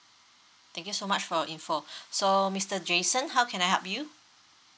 thank you so much for your info so mister jason how can I help you